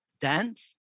dance